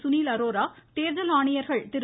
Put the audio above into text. சுனில் அரோரா தேர்தல் ஆணையர்கள் திரு